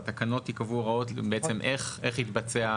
בתקנות ייקבעו הוראות בעצם איך יתבצע,